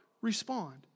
respond